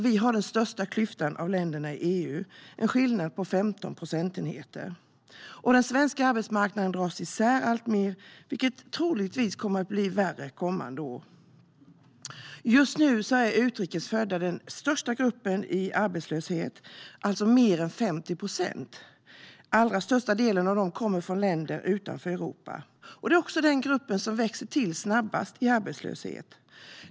Vi har den största klyftan av länderna i EU - en skillnad på 15 procentenheter. Den svenska arbetsmarknaden dras isär alltmer, vilket troligtvis kommer att bli värre kommande år. Just nu är utrikes födda den största gruppen i arbetslöshet, alltså mer än 50 procent. Den allra största delen kommer från länder utanför Europa. Det är också denna grupp som ökar snabbast när det gäller arbetslöshet.